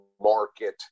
market